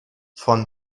von